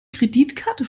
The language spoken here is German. kreditkarte